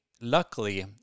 luckily